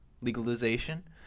legalization